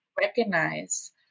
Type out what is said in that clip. recognize